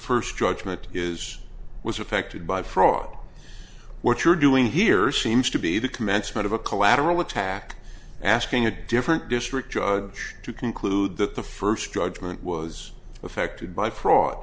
first judgment is was affected by fraud what you're doing here seems to be the commencement of a collateral attack asking a different district judge to conclude that the first drug was affected by fraud